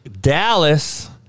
Dallas